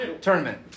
tournament